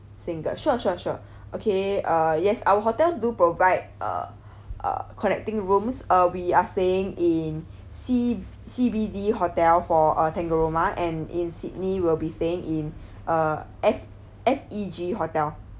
single sure sure sure okay uh yes our hotels do provide uh uh connecting rooms uh we are staying in C C B D hotel for uh tangalooma and in sydney will be staying in uh F F E G hotel